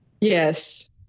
Yes